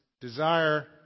desire